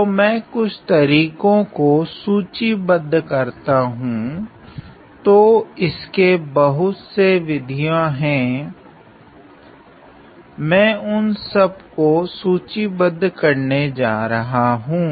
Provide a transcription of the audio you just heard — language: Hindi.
तो मैं कुछ तरीको को सूचीबध्द करता हूँ तो इसके बहुत से विधियों हैं मैं उन सब को सूचीबध्द करने जा रहा हूँ